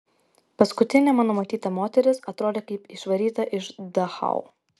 paskutinė mano matyta moteris atrodė kaip išvaryta iš dachau